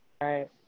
Right